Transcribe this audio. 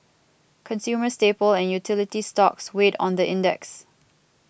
consumer staple and utility stocks weighed on the index